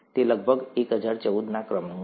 તે લગભગ 1014 ના ક્રમનું છે